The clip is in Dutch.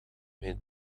mijn